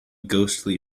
ghostly